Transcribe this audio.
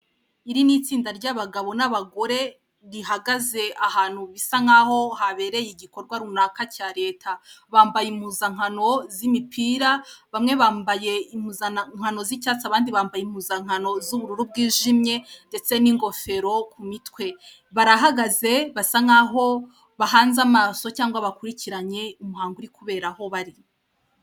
Iri ni itsinda ry'abagabo n'abagore rihagaze ahantu bisa nkaho habereye igikorwa runaka cya leta, bambaye impuzankano z'imipira bamwe bambaye impuzankano z'cyatsi abandi bambaye impuzankano z'ubururu bwijimye ndetse n'ingofero ku mitwe. Barahagaze basa nkaho bahanze amaso cyangwa bakurikiranye umuhango uri kubera aho bari.